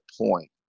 point